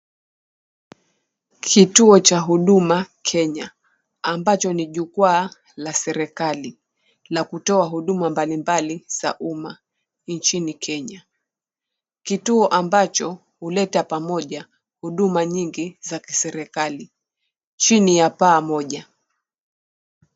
Kituo cha Huduma Kenya ambacho ni jukwaa la serikali la kutoa huduma mbalimbali za umma nchini Kenya. Kituo ambacho huleta pamoja huduma nyingi za kiserikali chini ya paa moja.